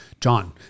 John